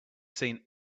seen